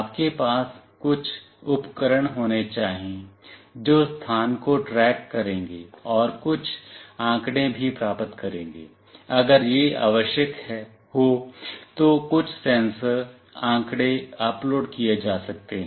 आपके पास कुछ उपकरण होने चाहिए जो स्थान को ट्रैक करेंगे और कुछ आंकड़े भी प्राप्त करेंगे अगर यह आवश्यक हो तो कुछ सेंसर आंकड़े अपलोड किए जा सकते हैं